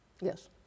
Yes